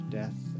death